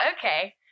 okay